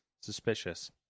Suspicious